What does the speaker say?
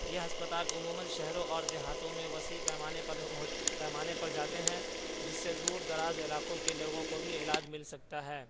یہ ہسپتال عموماً شہروں اور دیہاتوں میں وسیع پیمانے پر پیمانے پر جاتے ہیں جس سے دور دراز علاقوں کے لوگوں کو بھی علاج مل سکتا ہے